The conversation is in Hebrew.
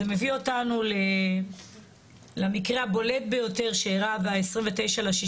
זה מביא אותנו למקרה הבולט ביותר שאירע ב-29.6.15